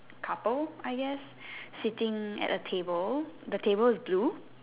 couple I guess sitting at a table the table is blue